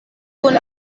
kun